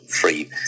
free